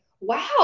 wow